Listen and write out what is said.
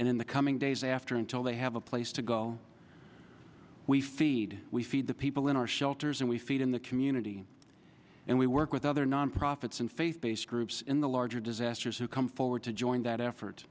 in the coming days after until they have a place to go we feed we feed the people in our shelters and we feed in the community and we work with other nonprofits and faith based groups in the larger disasters who come forward to join that effort